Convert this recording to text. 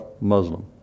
Muslim